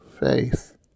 faith